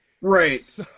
right